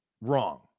Wrong